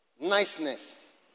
niceness